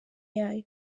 yayo